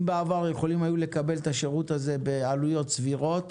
אם בעבר יכולים היו לקבל את השרות הזה בעלויות סבירות,